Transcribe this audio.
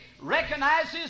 recognizes